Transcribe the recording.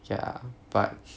ya but